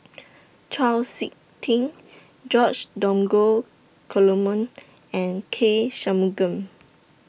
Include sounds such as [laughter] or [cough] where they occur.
[noise] Chau Sik Ting George Dromgold Coleman and K Shanmugam